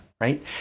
right